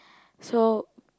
so